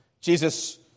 Jesus